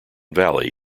valley